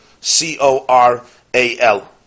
C-O-R-A-L